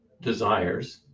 desires